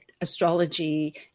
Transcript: astrology